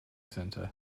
center